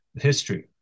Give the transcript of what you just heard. history